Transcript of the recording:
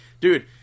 dude